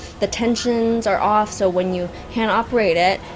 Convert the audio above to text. the tensions are off, so when you hand operate it,